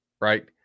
right